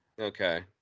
Okay